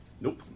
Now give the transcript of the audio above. Nope